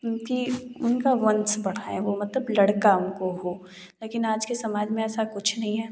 क्योंकि उनका वंश बढ़ाए वह मतलब लड़का उनको हो लेकिन आज के समाज में ऐसा कुछ नहीं है